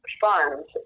funds